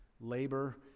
labor